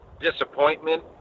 disappointment